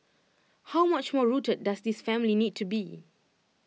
how much more rooted does this family need to be